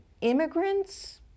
immigrants